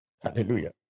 hallelujah